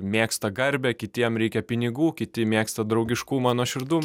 mėgsta garbę kitiem reikia pinigų kiti mėgsta draugiškumą nuoširdumą